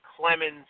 Clemens